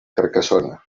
carcassona